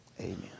Amen